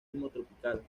tropical